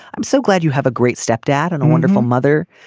i'm so glad you have a great stepdad and a wonderful mother.